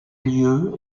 lieu